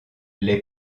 les